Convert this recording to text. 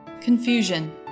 Confusion